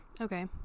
Okay